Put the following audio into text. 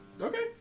Okay